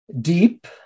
deep